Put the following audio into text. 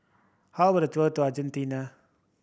how about a tour to Argentina